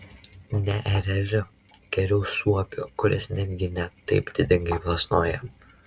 ne ereliu geriau suopiu kuris netgi ne taip didingai plasnoja